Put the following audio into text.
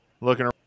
looking